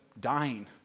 dying